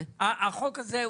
שהחוק הזה,